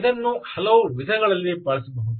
ಇದನ್ನು ಹಲವು ವಿಧಗಳಲ್ಲಿ ಬಳಸಬಹುದು